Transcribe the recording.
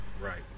right